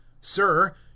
Sir